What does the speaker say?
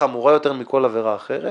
חמורה יותר מכל עבירה אחרת